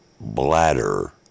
bladder